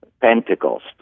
Pentecost